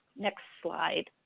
next slide.